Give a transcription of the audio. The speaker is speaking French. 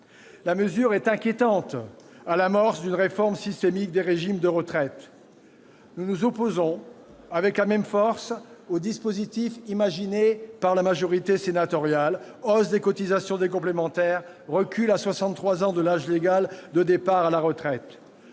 La mesure est inquiétante à l'amorce d'une réforme systémique des régimes de retraite. Nous nous opposons avec la même force au dispositif imaginé par la majorité sénatoriale : hausse des cotisations des complémentaires, recul à 63 ans de l'âge légal de départ à la retraite.